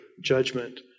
judgment